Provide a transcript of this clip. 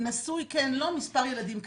נשוי כן/לא, מס' ילדים קטינים.